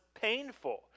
painful